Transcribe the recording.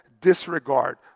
disregard